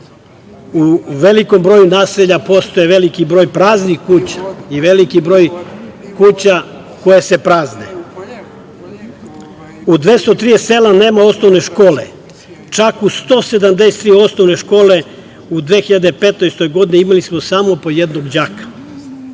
U velikoj broju naselja postoji veliki broj praznih kuća i veliki broj kuća koje se prazne. U 230 sela nema osnovne škole. Čak u 173 osnovne škole u 2015. godini imali smo samo po jednog đaka.